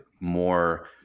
more